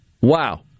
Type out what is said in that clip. Wow